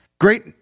Great